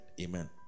Amen